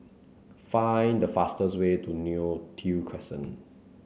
find the fastest way to Neo Tiew Crescent